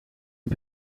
een